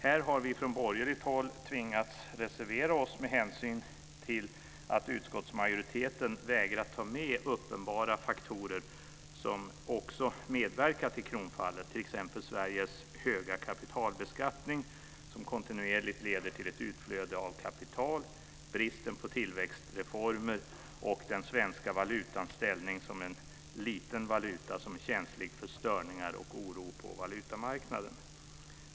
Här har vi från borgerligt håll tvingats reservera oss med hänsyn till att utskottsmajoriteten vägrat ta med uppenbara faktorer som också medverkat till kronfallet, t.ex. Sveriges höga kapitalbeskattning, som kontinuerligt leder till ett utflöde av kapital, bristen på tillväxtreformer och den svenska valutans ställning som en liten valuta som är känslig för störningar och oro på valutamarknaden.